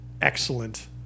excellent